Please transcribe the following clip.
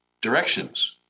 directions